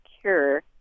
cure